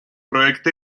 проект